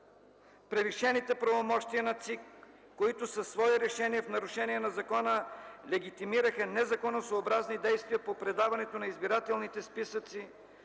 избирателна комисия, която със свои решения, в нарушение на закона, легитимира незаконосъобразни действия по предаването на избирателните списъци,